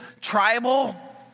tribal